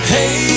Hey